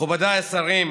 מכובדיי השרים,